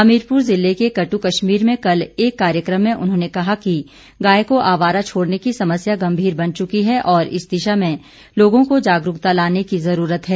हमीरपुर ज़िले के कट्ट कश्मीर में कल एक कार्यक्रम में उन्होंने कहा कि गाय को आवारा छोड़ने की समस्या गम्भीर बन चुकी है और इस दिशा में लोगों में जागरूकता लाने की ज़रूरत है